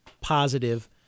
positive